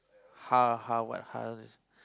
ha ha what ja